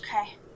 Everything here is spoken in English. Okay